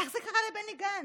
איך זה קרה לבני גנץ?